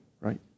right